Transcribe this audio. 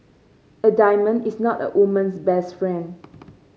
a diamond is not a woman's best friend